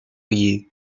you